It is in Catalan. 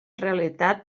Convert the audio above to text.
realitat